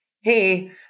hey